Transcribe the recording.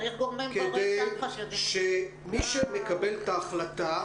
מי שמקבל החלטה,